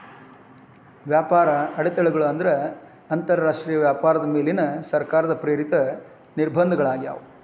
ವ್ಯಾಪಾರ ಅಡೆತಡೆಗಳು ಅಂದ್ರ ಅಂತರಾಷ್ಟ್ರೇಯ ವ್ಯಾಪಾರದ ಮೇಲಿನ ಸರ್ಕಾರ ಪ್ರೇರಿತ ನಿರ್ಬಂಧಗಳಾಗ್ಯಾವ